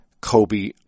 Kobe